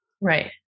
Right